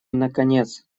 наконец